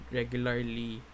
regularly